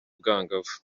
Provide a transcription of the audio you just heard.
bwangavu